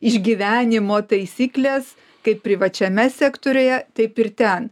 išgyvenimo taisyklės kaip privačiame sektoriuje taip ir ten